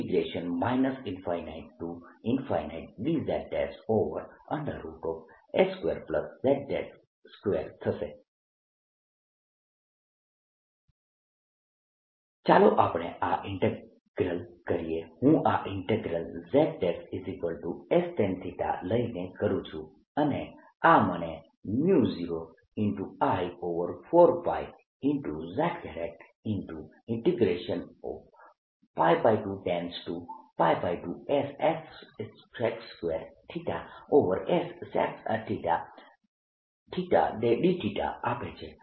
2πsdsdzs s2z20I4πz ∞dzs2z2 ચાલો આપણે આ ઇન્ટીગ્રલ કરીએ હું આ ઇન્ટીગ્રલ zs tan લઈને કરું છું અને આ મને 0I4π z 22s sec2s secθdθ આપે છે